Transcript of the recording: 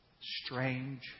strange